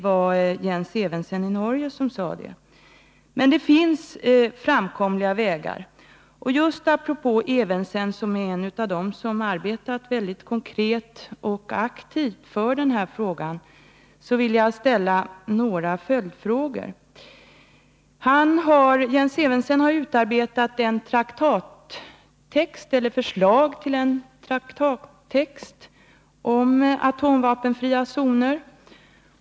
Men det finns framkomliga vägar. Just apropå Evensen, som är en av dem som arbetat mycket konkret och aktivt för den här frågan, vill jag ställa några följdfrågor. Jens Evensen har utarbetat ett förslag till traktattext om en atomvapenfri zon.